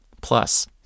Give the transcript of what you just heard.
Plus